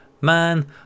man